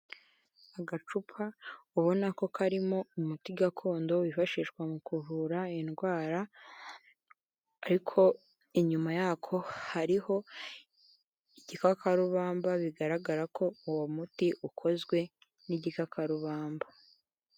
Agacupa ubona ko karimo umuti gakondo wifashishwa mu kuvura indwara, ariko inyuma yako hariho igikakarubamba, bigaragara ko uwo muti ukozwe n'igikakarubamba.